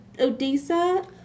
Odessa